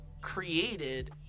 created